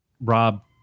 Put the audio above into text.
Rob